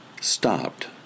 stopped